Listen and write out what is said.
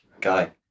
guy